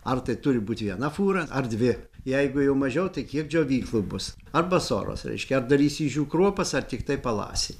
ar tai turi būt viena fūra ar dvi jeigu jau mažiau tai kiek džiovyklų bus arba soros reiškia ar darysi iš jų kruopas ar tiktai palasį